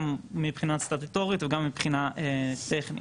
גם מבחינה סטטוטורית וגם מבחינה טכנית.